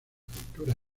cultura